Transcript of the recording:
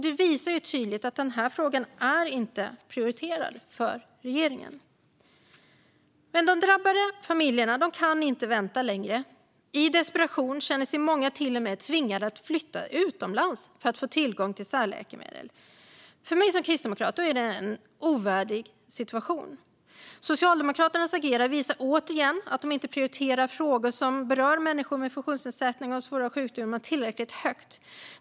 Det visar tydligt att denna fråga inte är prioriterad för regeringen. Men de drabbade familjerna kan inte vänta längre. I desperation känner sig många till och med tvingade att flytta utomlands för att få tillgång till särläkemedel. Jag som kristdemokrat anser att det är en ovärdig situation. Socialdemokraternas agerande visar återigen att de inte prioriterar frågor som berör människor med funktionsnedsättning eller svåra sjukdomar tillräckligt högt.